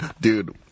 dude